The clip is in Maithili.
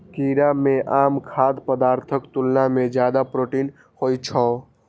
कीड़ा मे आम खाद्य पदार्थक तुलना मे जादे प्रोटीन होइ छै